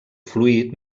fluid